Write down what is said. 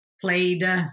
played